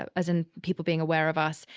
ah as in people being aware of us,